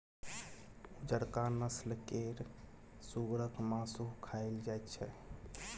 उजरका नस्ल केर सुगरक मासु खाएल जाइत छै